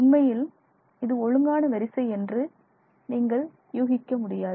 உண்மையில் இது ஒழுங்கான வரிசை என்று நீங்கள் யூகிக்க முடியாது